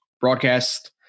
broadcast